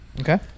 Okay